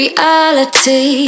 Reality